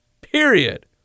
Period